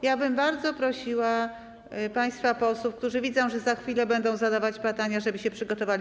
Ja bym bardzo prosiła państwa posłów, którzy widzą, że za chwilę będą zadawać pytania, żeby się przygotowali.